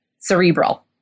cerebral